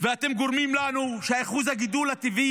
ואתם גורמים לנו שאחוז הגידול הטבעי